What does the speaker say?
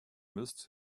missed